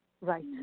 Right